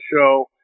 Show